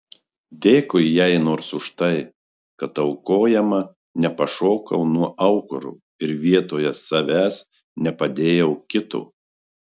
dėkui jai nors už tai kad aukojama nepašokau nuo aukuro ir vietoje savęs nepadėjau kito